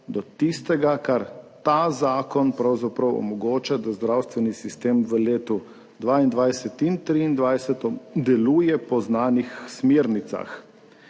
do tistega, kar ta zakon pravzaprav omogoča, da zdravstveni sistem v letu 2022 in 2023 deluje po znanih smernicah.